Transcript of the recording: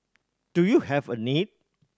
do you have a need